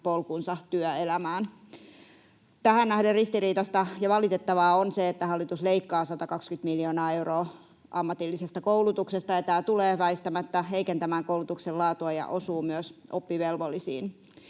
polkunsa työelämään. Tähän nähden ristiriitaista ja valitettavaa on se, että hallitus leikkaa 120 miljoonaa euroa ammatillisesta koulutuksesta, ja tämä tulee väistämättä heikentämään koulutuksen laatua ja osuu myös oppivelvollisiin.